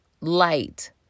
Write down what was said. light